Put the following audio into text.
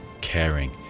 caring